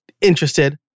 interested